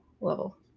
level